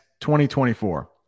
2024